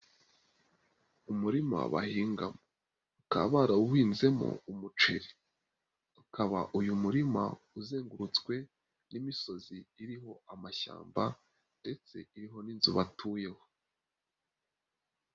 Umurima bahingamo ukaba barawuhinzemo umuceri, ukaba uyu murima uzengurutswe n'imisozi iriho amashyamba, ndetse iriho n'inzu batuyemoho.